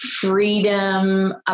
freedom